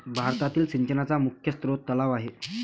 भारतातील सिंचनाचा मुख्य स्रोत तलाव आहे